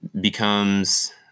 becomes